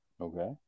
Okay